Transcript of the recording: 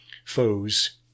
foes